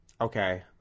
Okay